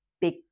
big